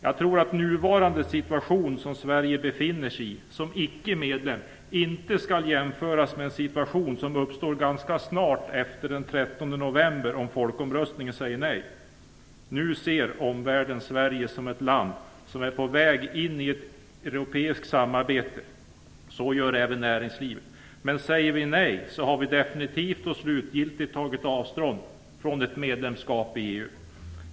Jag tror att nuvarande situation som Sverige befinner sig i, som icke-medlem, inte skall jämföras med en situation som uppstår ganska snart efter den 13 november, om folkomröstningen säger nej. Nu ser omvärlden Sverige som ett land som är på väg in i ett europeiskt samarbete. Så gör även näringslivet. Men säger vi nej har vi definitivt och slutgiltigt tagit avstånd från ett medlemskap i EU.